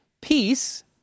peace